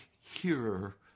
hearer